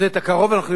את הקרוב אנחנו יודעים,